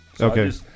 Okay